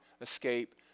escape